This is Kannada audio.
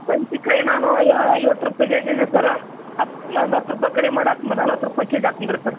ಒಂಚಿಕಾಯಿ ನಾನು ಯಾ ಐವತ್ತು ರೂಪಾಯಿ ಕೆಜಿಂದು ಸರ್ ಹತ್ತು ಒಂದು ಹತ್ತು ರೂಪಾಯಿ ಕಡಿಮೆ ಮಾಡಿ ನಲ್ವತ್ತು ರೂಪಾಯಿ ಕೆ ಜಿ ಹಾಕ್ತೀನಿ ಬನ್ರಿ ಸರ್